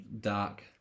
dark